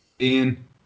Ian